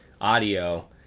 audio